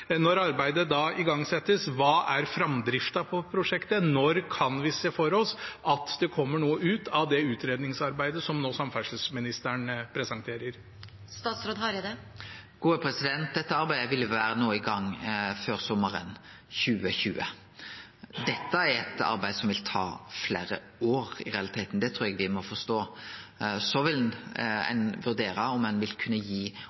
er framdriften på prosjektet? Når kan vi se for oss at det kommer noe ut av det utredningsarbeidet som samferdselsministeren nå presenterer? Dette arbeidet vil vere i gang no før sommaren 2020. Dette er eit arbeid som i realiteten vil ta fleire år, det trur eg me må forstå. Så vil ein vurdere om ein vil kunne gi